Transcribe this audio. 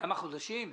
חודשים?